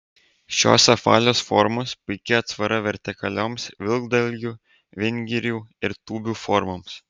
šios apvalios formos puiki atsvara vertikalioms vilkdalgių vingirių ir tūbių formoms